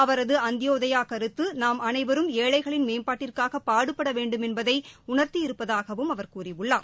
அவரது அந்தியோதயா கருத்து நாம் அனைவரும் ஏழைகளின் மேம்பாட்டிற்காக பாடுபட வேண்டும் என்பதை உணர்த்தி இருப்பதாகவும் அவர் கூறியுள்ளார்